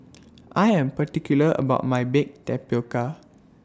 I Am particular about My Baked Tapioca